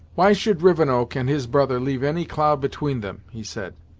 why should rivenoak and his brother leave any cloud between them, he said.